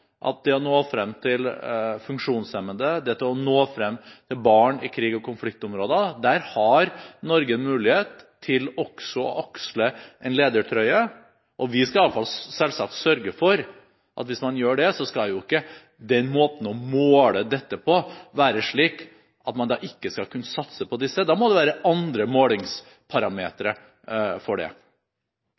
og konfliktområder, har Norge en mulighet til å aksle en ledertrøye. Vi skal iallfall selvsagt sørge for at hvis man gjør det, skal ikke den måten å måle dette på være slik at man ikke skal kunne satse på disse. Da må det være andre målingsparametere for det.